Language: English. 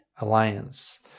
Alliance